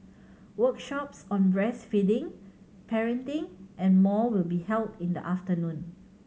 workshops on breastfeeding parenting and more will be held in the afternoon